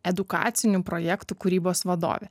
edukacinių projektų kūrybos vadovė